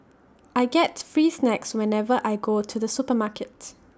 I get free snacks whenever I go to the supermarkets